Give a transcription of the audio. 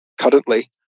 currently